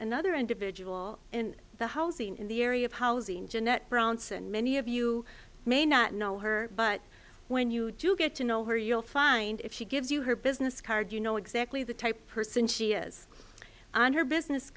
another individual in the housing in the area of housing jeanette branson many of you may not know her but when you do get to know her you'll find if she gives you her business card you know exactly the type person she is and her business